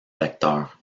lecteurs